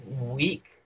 week